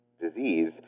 disease